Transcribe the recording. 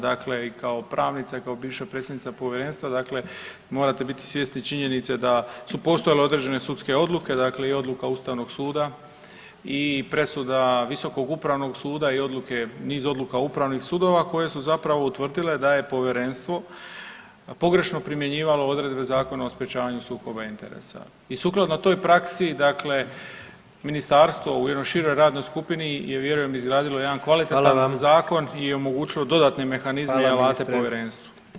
Dakle i kao pravnica, kao bivša predsjednica Povjerenstva, dakle morate biti svjesni činjenice da su postojale određene sudske odluke, dakle i odluka Ustavnog suda i presuda Visokog upravnog suda i odluke, niz odluka upravnih sudova koje su zapravo utvrdile da je Povjerenstvo pogrešno primjenjivalo Zakona o sprječavanju sukoba interesa i sukladno toj praksi dakle, Ministarstvo u jednoj široj radnoj skupini je, vjerujem izgradilo jedan kvalitetan zakon [[Upadica: Hvala vam.]] i omogućilo dodatne mehanizme i [[Upadica: Hvala ministre.]] alate Povjerenstvu.